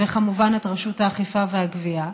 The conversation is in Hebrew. וכמובן את רשות האכיפה והגבייה,